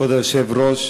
כבוד היושב-ראש,